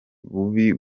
bubi